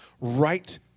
right